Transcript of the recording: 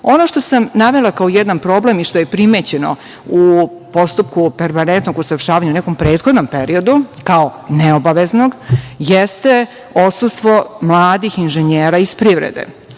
što sam navela kao jedan problem i što je primećeno u postupku permanentnog usavršavanja u nekom prethodnom periodu kao neobaveznog jeste odsustvo mladih inženjera iz privrede. Ja